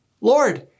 Lord